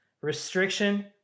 Restriction